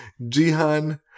Jihan